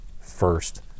first